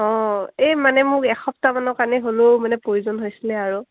অঁ এই মানে মোক এসপ্তাহমানৰ কাৰণে হ'লেও মানে প্ৰয়োজন হৈছিলে আৰু